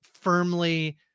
firmly